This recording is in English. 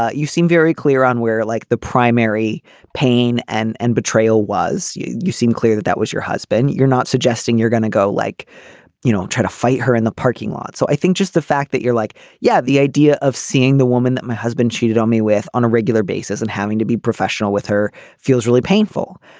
ah you seem very clear on where like the primary pain and and betrayal was. you you seem clear that that was your husband. you're not suggesting you're going to go like you know try to fight her in the parking lot. so i think just the fact that you're like yeah the idea of seeing the woman that my husband cheated on me with on a regular basis and having to be professional with her feels really painful.